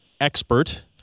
expert